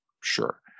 sure